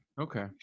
okay